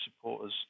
supporters